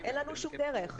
אין לנו שום דבר.